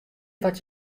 wat